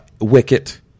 Wicket